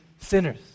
sinners